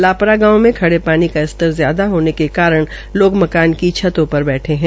लापरा गांव में खड़े पानी का स्तर ज्यादा होने के कारण लोग मकान की छतों पर बैठे है